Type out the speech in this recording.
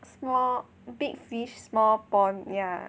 small big fish small pond yeah